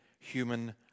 human